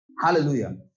Hallelujah